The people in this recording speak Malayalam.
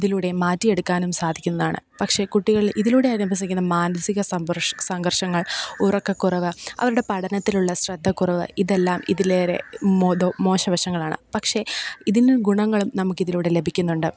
ഇതിലൂടേം മാറ്റിയെടുക്കാനും സാധിക്കുന്നതാണ് പക്ഷേ കുട്ടികൾ ഇതിലൂടെ അനുഭവിക്കുന്ന മാനസിക സംഘർഷങ്ങൾ ഉറക്കക്കുറവ് അവരുടെ പഠനത്തിലുള്ള ശ്രദ്ധക്കുറവ് ഇതെല്ലം ഇതിലേറെ മോശം മോശവശങ്ങളാണ് പക്ഷേ ഇതീന്ന് ഗുണങ്ങളും നമുക്കിതിലൂടെ ലഭിക്കുന്നുണ്ട്